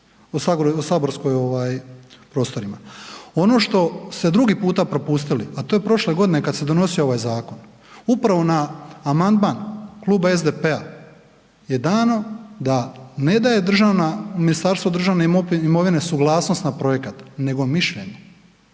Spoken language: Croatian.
o saborskoj ovaj prostorima. Ono što ste drugi puta propustili, a to je prošle godine kad se donosio ovaj zakon, upravo na amandman Kluba SDP-a je dano da ne daje državna, Ministarstvo državne imovine suglasnost na projekat, nego mišljenje.